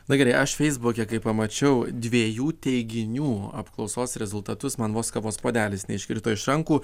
na gerai aš feisbuke kai pamačiau dviejų teiginių apklausos rezultatus man vos kavos puodelis neiškrito iš rankų